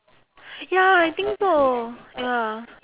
ya I think so ya